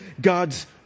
God's